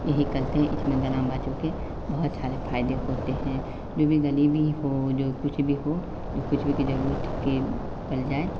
यही करते हैं इसमें ग्रामवासियों के बहुत सारे फायदे हैं जो भी गरीब हो जो कुछ भी हो जो कुछ भी की जरूरत है की पड़ जाए